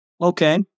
okay